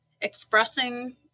expressing